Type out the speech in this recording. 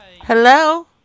Hello